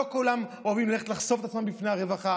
לא כולם אוהבים ללכת ולחשוף את עצמם בפני הרווחה.